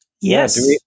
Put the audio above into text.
Yes